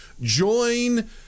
Join